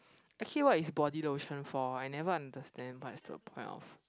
actually what is body lotion for I never understand what's the point of